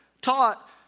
taught